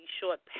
short